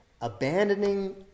abandoning